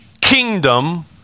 kingdom